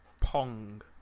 Pong